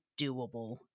doable